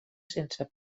sense